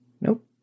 Nope